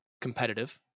competitive